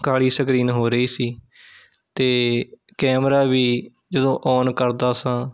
ਕਾਲੀ screen ਹੋ ਰਹੀ ਸੀ ਅਤੇ ਕੈਮਰਾ ਵੀ ਜਦੋਂ ਔਨ ਕਰਦਾ ਸਾਂ